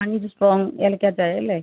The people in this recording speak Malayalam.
അഞ്ച് സ്ട്രോംഗ് ഏലയ്ക്ക ചായ അല്ലേ